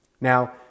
Now